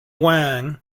wan